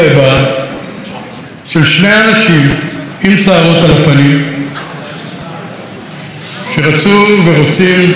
של שני אנשים עם שערות על הפנים שרצו ורוצים מאוד מאוד לשנות את